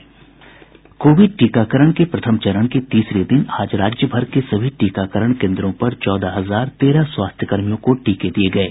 Covid टीकाकरण के प्रथम चरण के तीसरे दिन आज राज्य भर के सभी टीकाकरण केन्द्रों पर चौदह हजार तेरह स्वास्थ्य कर्मियों को टीके दिये गये